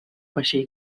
vaixell